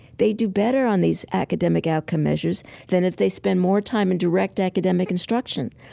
they do better on these academic outcome measures than if they spend more time in direct academic instruction.